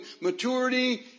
maturity